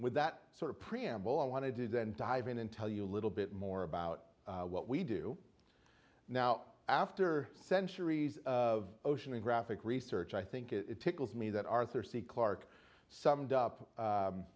with that sort of preamble i wanted to dive in and tell you a little bit more about what we do now after centuries of oceanographic research i think it tickles me that arthur c clarke summed up